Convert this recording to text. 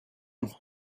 him